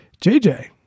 JJ